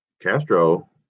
Castro